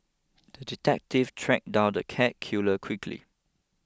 the detective tracked down the cat killer quickly